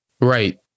Right